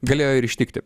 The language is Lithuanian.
galėjo ir ištikti